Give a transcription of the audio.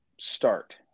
start